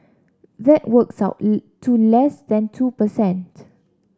that works out to less than two per cent